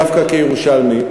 דווקא כירושלמי,